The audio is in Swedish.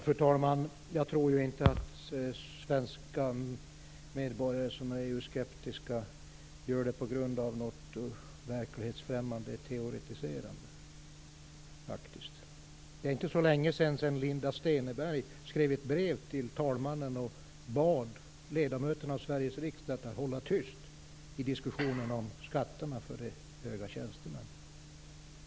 Fru talman! Jag tror ju inte att svenska medborgare som är EU-skeptiska är det på grund av något verklighetsfrämmande teoretiserande. Det är inte så länge sedan som Linda Steneberg skrev ett brev till talmannen och bad ledamöterna av Sveriges riksdag att hålla tyst i diskussionen om skatterna för höga tjänstemän.